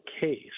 case